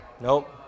Nope